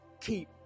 Keep